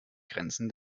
grenzen